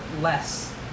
less